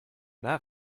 that